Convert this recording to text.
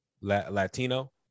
Latino